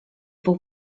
był